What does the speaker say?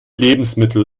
lebensmittel